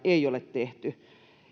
ei ole tehty